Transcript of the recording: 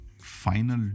final